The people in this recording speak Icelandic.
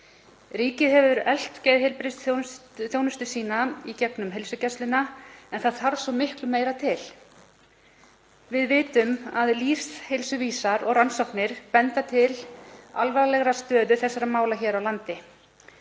Ríkið hefur eflt geðheilbrigðisþjónustu sína í gegnum heilsugæsluna en það þarf svo miklu meira til. Við vitum að lýðheilsuvísar og rannsóknir benda til alvarlegrar stöðu þessara mála hér á landi.